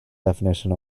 definition